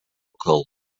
kalnų